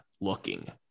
looking